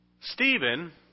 Stephen